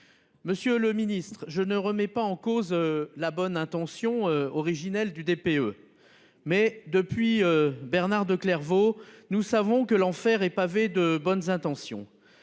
Monsieur le Ministre. Je ne remets pas en cause la bonne intention originelle du DPE. Mais depuis, Bernard de Clervaux. Nous savons que l'enfer est pavé de bonnes intentions.